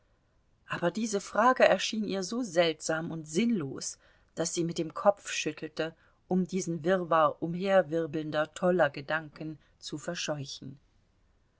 aber diese frage erschien ihr so seltsam und sinnlos daß sie mit dem kopf schüttelte um diesen wirrwarr umherwirbelnder toller gedanken zu verscheuchen